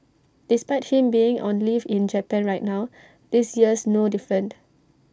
despite him being on leave in Japan right now this year's no different